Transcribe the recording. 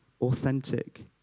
authentic